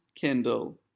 Kendall